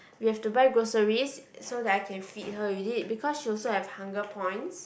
we have to buy groceries so that I can feed her with it because she also have hunger points